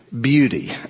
Beauty